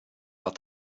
out